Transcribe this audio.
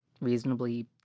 reasonably